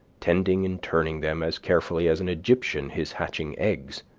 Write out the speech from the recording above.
tending and turning them as carefully as an egyptian his hatching eggs.